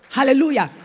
Hallelujah